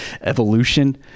evolution